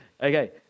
Okay